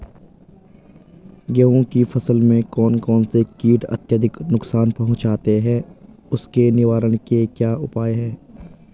गेहूँ की फसल में कौन कौन से कीट अत्यधिक नुकसान पहुंचाते हैं उसके निवारण के क्या उपाय हैं?